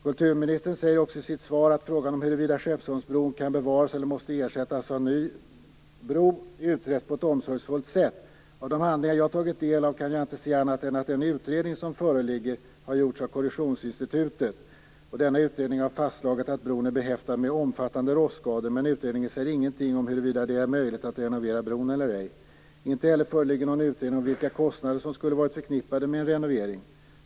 Kulturministern säger också i sitt svar att frågan om huruvida Skeppsholmsbron kan bevaras eller måste ersättas av ny bro utretts på ett omsorgsfullt sätt. Av de handlingar jag har tagit del av kan jag inte se annat än att den utredning som föreligger har gjorts av Korrosionsinstitutet. Denna utredning har fastslagit att bron är behäftad med omfattande rostskador, men utredningen säger ingenting om huruvida det är möjligt att renovera bron eller ej. Inte heller föreligger någon utredning om vilka kostnader som skulle varit förknippade med en renovering.